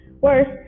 Worse